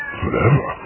forever